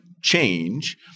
change